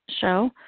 show